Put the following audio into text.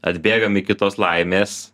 atbėgam iki tos laimės